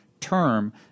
term